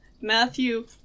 Matthew